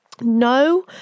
no